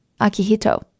Akihito